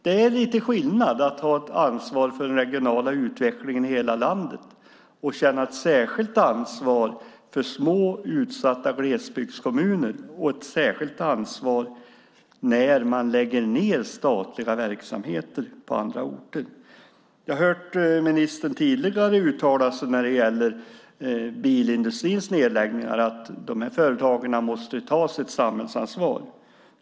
Det är lite skillnad att ha ansvar för den regionala utvecklingen i hela landet, att känna ett särskilt ansvar för små, utsatta glesbygdskommuner, och att ha ett särskilt ansvar när statliga verksamheter läggs ned på andra orter. Jag har hört ministern tidigare uttala sig om nedläggningar i bilindustrin, nämligen att dessa företag måste ta sitt samhällsansvar.